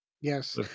Yes